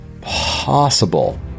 possible